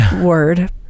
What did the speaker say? word